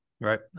Right